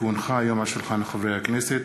כי הונחו היום על שולחן הכנסת,